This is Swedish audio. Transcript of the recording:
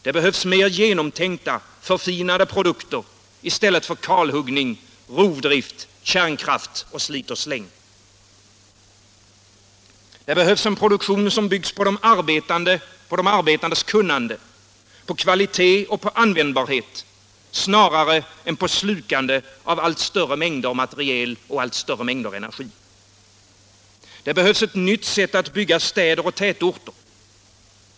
Det behövs mer genomtänkta, förfinade produkter i stället för kalhuggning, rovdrift, kärnkraft och slit-och-släng. Det behövs en produktion som byggs på de arbetandes kunnande, på kvalitet och på användbarhet snarare än på slukande av allt större mängder materiel och allt större mängder energi. Det behövs ett nytt sätt att bygga städer och tätorter.